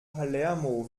palermo